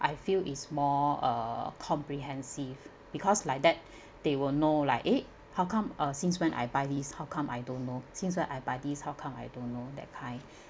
I feel is more uh comprehensive because like that they will know like eh how come uh since when I buy this how come I don't know since when I buy these how come I don't know that kind